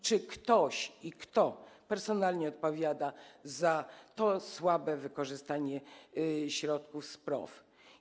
Czy ktoś, i kto, personalnie odpowiada za to słabe wykorzystanie środków z PROW?